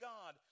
God